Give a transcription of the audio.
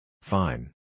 Fine